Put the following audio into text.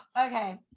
okay